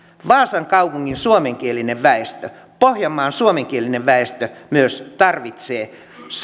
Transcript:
vaasan kaupungin suomenkielinen väestö pohjanmaan suomenkielinen väestö myös tarvitsee